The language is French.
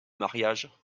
mariage